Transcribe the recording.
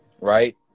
Right